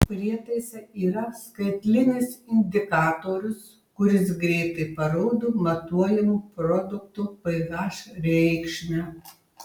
prietaise yra skaitlinis indikatorius kuris greitai parodo matuojamo produkto ph reikšmę